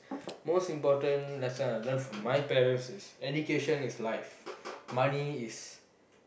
most important lesson I learn from my parents is education is life money is